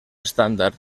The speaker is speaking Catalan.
estàndard